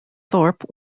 thorpe